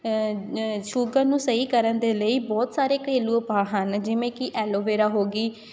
sugar ਨੂੰ ਸਹੀ ਕਰਨ ਦੇ ਲਈ ਬਹੁਤ ਸਾਰੇ ਘਰੇਲੂ ਉਪਾਅ ਹਨ ਜਿਵੇਂ ਕਿ ਐਲੋ ਵੇਰਾ ਹੋ ਗਈ